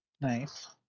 Nice